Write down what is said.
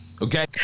okay